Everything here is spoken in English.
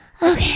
Okay